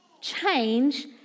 change